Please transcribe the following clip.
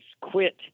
quit